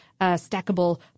stackable